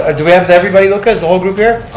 ah do we have everybody luca, is the whole group here?